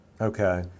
Okay